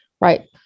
right